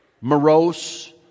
morose